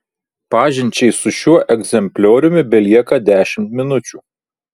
pažinčiai su šiuo egzemplioriumi belieka dešimt minučių